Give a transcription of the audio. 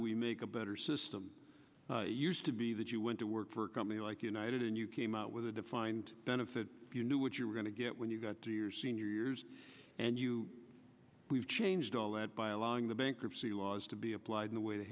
we make a better system used to be that you went to work for a company like united and you came out with a defined benefit you knew what you were going to get when you got seniors and you we've changed all that by allowing the bankruptcy laws to be applied the way they